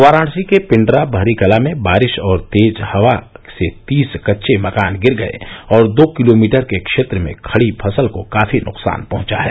वाराणसी के पिण्डरा बरहीकला में बारिश और तेज हवा से तीस कच्चे मकान गिर गये और दो किलोमीटर के क्षेत्र में खड़ी फसल को काफी नुकसान पहुंचा है